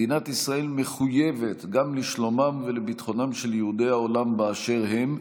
מדינת ישראל מחויבת גם לשלומם ולביטחונם של יהודי העולם באשר הם.